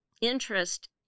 interest